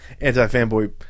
Antifanboy